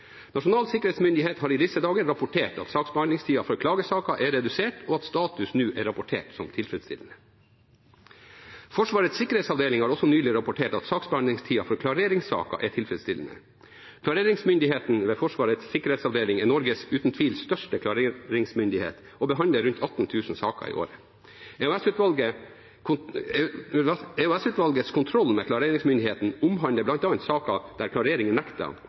Nasjonal sikkerhetsmyndighet har i disse dager rapportert at saksbehandlingstida for klagesaker er redusert, og at status nå er rapportert som tilfredsstillende. Forsvarets sikkerhetsavdeling har også nylig rapportert at saksbehandlingstida for klareringssaker er tilfredsstillende. Klareringsmyndigheten ved Forsvarets sikkerhetsavdeling er Norges uten tvil største klareringsmyndighet og behandler rundt 18 000 saker i året. EOS-utvalgets kontroll med klareringsmyndigheten omhandler bl.a. saker der